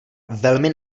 velmi